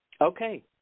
Okay